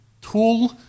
tool